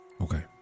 Okay